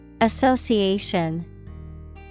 Association